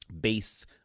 base